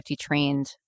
trained